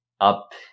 up